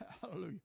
Hallelujah